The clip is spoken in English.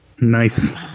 Nice